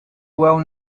well